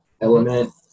element